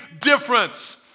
difference